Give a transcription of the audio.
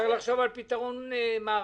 צריך לחשוב על פתרון מערכתי.